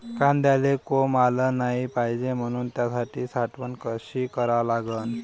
कांद्याले कोंब आलं नाई पायजे म्हनून त्याची साठवन कशी करा लागन?